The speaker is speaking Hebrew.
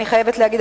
אני חייבת להגיד,